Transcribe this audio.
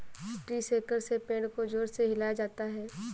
tree shaker से पेड़ को जोर से हिलाया जाता है